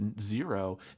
zero